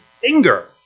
finger